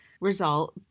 result